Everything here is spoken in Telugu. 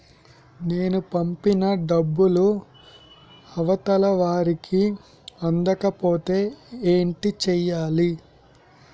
నేను పంపిన డబ్బులు అవతల వారికి అందకపోతే ఏంటి చెయ్యాలి?